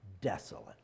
desolate